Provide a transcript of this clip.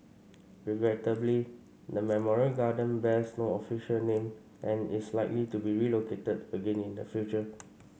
regrettably the memorial garden bears no official name and is likely to be relocated again in the future